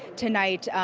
tonight.